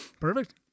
Perfect